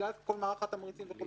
בגלל כל מערך התמריצים וכו',